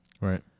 Right